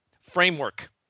Framework